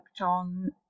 on